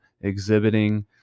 exhibiting